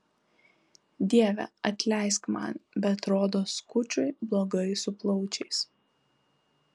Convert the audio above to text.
dieve atleisk man bet rodos kučui blogai su plaučiais